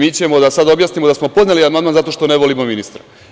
Mi ćemo sada da objasnimo da smo podneli amandman zato što ne volimo ministra.